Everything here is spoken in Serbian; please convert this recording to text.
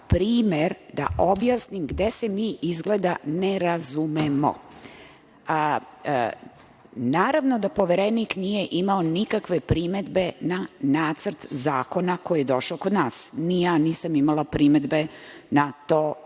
da objasnim gde se mi izgleda ne razumemo. Naravno da Poverenik nije imao nikakve primedbe na Nacrt zakona koji je došao kod nas. Ni ja nisam imala primedbe na to